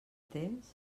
temps